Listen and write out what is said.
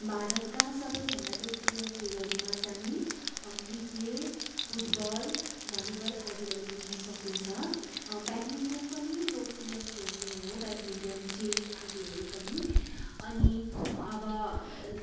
भारतका सबैभन्दा लोकप्रिय खेलहरूमा चाहिँ क्रिकेट फुटबल भलिबल आदिलाई लिन सकिन्छ ब्याडमिन्टन पनि लोकप्रिय खेल नै हो ब्याडमिन्टन चेस आदिहरू पनि अनि अब